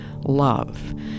love